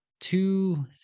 two